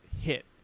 hit